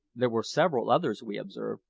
there were several others, we observed,